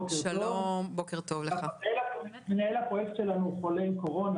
מנהל הפרויקט שלנו חולה עם קורונה,